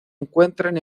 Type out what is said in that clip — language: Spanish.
encuentran